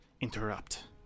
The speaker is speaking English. interrupt